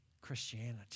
Christianity